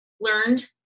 learned